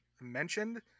mentioned